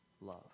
love